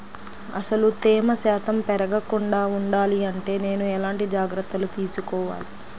అసలు తేమ శాతం పెరగకుండా వుండాలి అంటే నేను ఎలాంటి జాగ్రత్తలు తీసుకోవాలి?